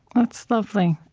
that's lovely.